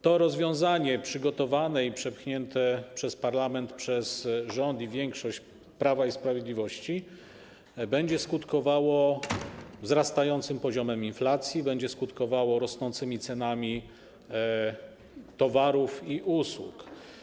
To rozwiązanie przygotowane i przepchnięte przez parlament, przez rząd i większość Prawa i Sprawiedliwości będzie skutkowało wzrastającym poziomem inflacji, będzie skutkowało rosnącymi cenami towarów i usług.